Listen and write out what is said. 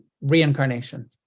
reincarnation